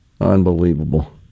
Unbelievable